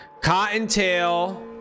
Cottontail